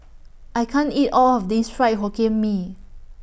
I can't eat All of This Fried Hokkien Mee